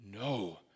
No